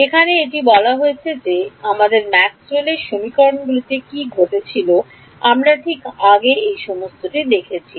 এখন এটি দিয়ে বলা হয়েছে যে আমাদের ম্যাক্সওয়েলের সমীকরণগুলিতে কী ঘটেছিল আমরা ঠিক আগে এই সমস্তটি দেখেছি